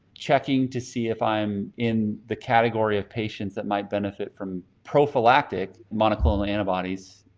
checking to see if i'm in the category of patients that might benefit from prophylactic monoclonal antibodies,